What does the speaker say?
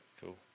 Cool